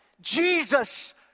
Jesus